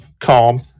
calm